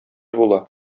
була